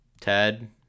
Ted